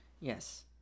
Yes